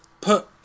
put